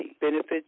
Benefits